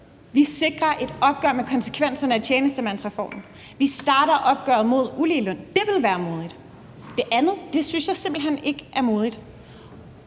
Vi sikrer et opgør med konsekvenserne af tjenestemandsreformen. Vi starter opgøret med uligeløn. Det ville være modigt. Det andet synes jeg simpelt hen ikke er modigt.